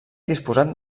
disposat